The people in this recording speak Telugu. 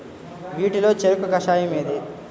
వీటిలో చెరకు కషాయం ఏది?